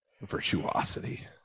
Virtuosity